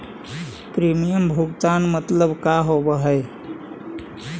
Premium भुगतान मतलब का होव हइ?